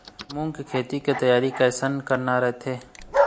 मूंग के खेती के तियारी कइसे करना रथे?